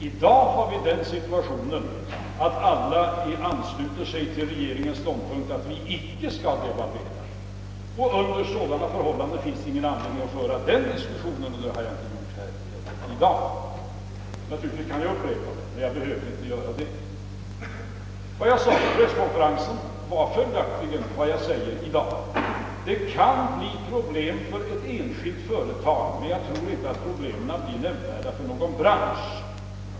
I dag har vi den situationen, att alla anslutit sig till regeringens ståndpunkt att vi icke skall devalvera, och under sådana förhållanden finns det ingen anledning att föra den diskussionen, vilket jag inte heller gjort. Jag kan naturligtvis upprepa den, men jag tror inte det behövs. Vad jag sade på presskonferensen var detsamma som jag säger i dag. Det kan uppstå problem för enskilda före tag, men jag tror inte problemen blir nämnvärda för någon hel bransch.